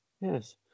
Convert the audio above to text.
Yes